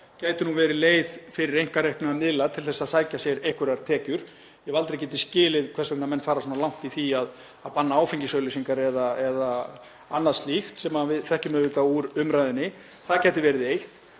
gæti verið leið fyrir einkarekna miðla til að sækja sér einhverjar tekjur. Ég hef aldrei getað skilið hvers vegna menn fara svona langt í því að banna áfengisauglýsingar eða annað slíkt eins og við þekkjum auðvitað úr umræðunni. Það gæti verið eitt.